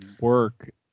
work